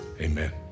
Amen